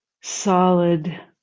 solid